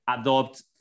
adopt